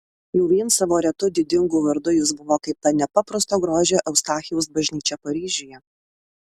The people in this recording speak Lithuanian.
jau vien savo retu didingu vardu jis buvo kaip ta nepaprasto grožio eustachijaus bažnyčia paryžiuje